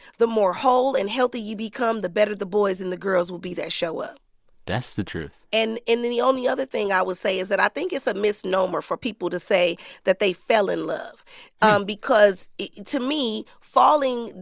the more whole and healthy you become, the better the boys and the girls will be that show up that's the truth and then the only other thing i would say is that i think it's a misnomer for people to say that they fell in love um because to me, falling,